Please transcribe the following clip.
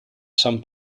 san